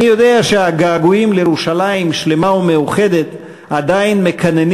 אני יודע שהגעגועים לירושלים שלמה ומאוחדת עדיין מקננים